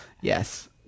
Yes